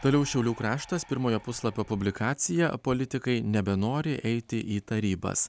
toliau šiaulių kraštas pirmojo puslapio publikacija politikai nebenori eiti į tarybas